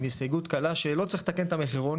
עם הסתייגות קלה שלא צריך לתקן את המחירון,